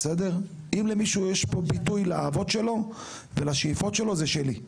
אם למישהו יש פה ביטוי לאהבות שלו ולשאיפות שלו זה שלי.